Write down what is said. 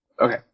okay